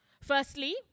Firstly